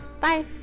bye